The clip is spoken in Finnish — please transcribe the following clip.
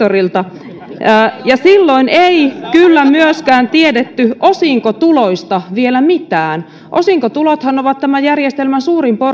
yksityiseltä sektorilta eikä silloin kyllä myöskään tiedetty osinkotuloista vielä mitään osinkotulothan ovat tämän järjestelmän suurin